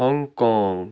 Hong Kong